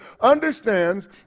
understands